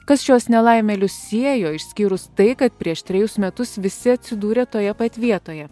kas šiuos nelaimėlius siejo išskyrus tai kad prieš trejus metus visi atsidūrė toje pat vietoje